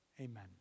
Amen